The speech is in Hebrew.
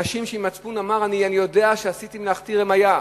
אנשים שהמצפון שלהם אמר: אני יודע שעשיתי מלאכתי רמייה.